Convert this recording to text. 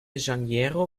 janeiro